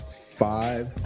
five